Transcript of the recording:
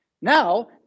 Now